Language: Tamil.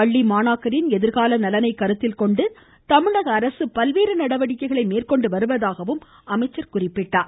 பள்ளி மாணாக்கரின் எதிர்கால நலனை கருத்தில்கொண்டு தமிழக அரசு பல்வேறு நடவடிக்கைகளை மேற்கொண்டு வருவதாக அவர் குறிப்பிட்டார்